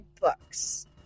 books